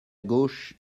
gauche